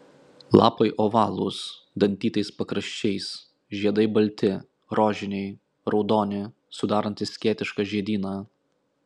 lapai ovalūs dantytais pakraščiais žiedai balti rožiniai raudoni sudarantys skėtišką žiedyną